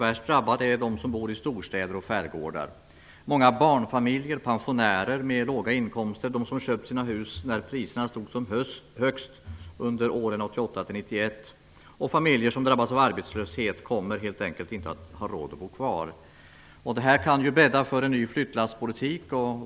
Värst drabbade är de som bor i storstäder och skärgårdar. Många barnfamiljer, pensionärer med låga inkomster, människor som köpt sina hus när priserna stod som högst under åren 1988-1991 och familjer som drabbas av arbetslöshet kommer helt enkelt inte att ha råd att bo kvar. Det här kan bädda för en ny flyttlasspolitik.